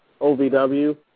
OVW